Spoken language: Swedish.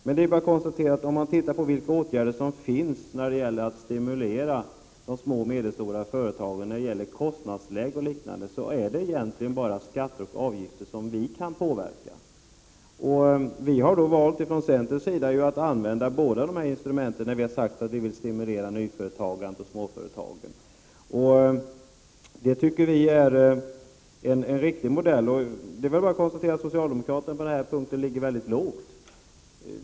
Men om vi ser på vilka möjligheter vi har när det gäller att stimulera de små och medelstora företagen är det egentligen bara skatter och avgifter som vi kan påverka. Vi har från centerns sida valt att använda båda dessa instrument för att stimulera nyföretagande och småföretag. Det tycker vi är en riktig modell. Men det är bara att konstatera att socialdemokraterna här ligger väldigt lågt.